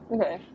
Okay